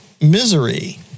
misery